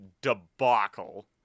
debacle